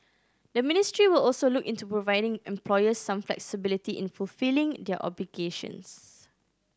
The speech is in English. the ministry will also look into providing employers some flexibility in fulfilling their obligations